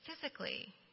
Physically